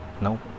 No